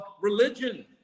religion